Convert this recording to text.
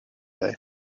day